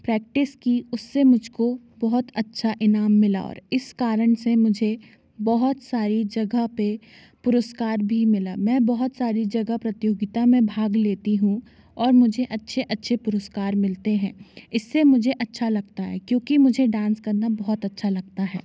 practice की उससे मुझ को बहुत अच्छा इनाम मिला और इस कारण से मुझे बहुत सारी जगह पर पुरस्कार भी मिला मैं बहुत सारी जगह प्रतियोगिता में भाग लेती हूँ और मुझे अच्छे अच्छे पुरस्कार मिलते हैं इससे मुझे अच्छा लगता है क्यूँकि मुझे डांस करना बहुत अच्छा लगता है